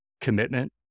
commitment